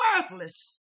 worthless